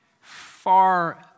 far